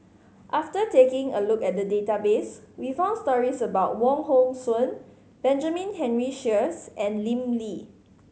after taking a look at the database we found stories about Wong Hong Suen Benjamin Henry Sheares and Lim Lee